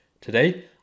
Today